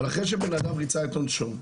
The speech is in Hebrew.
אבל אחרי שבן אדם ריצה את עונשו,